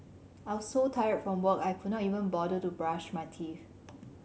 I was so tired from work I could not even bother to brush my teeth